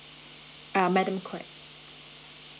uh madam quak